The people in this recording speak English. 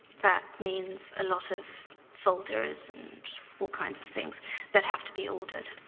that means a lot of folders and all kinds of things that have to be ordered.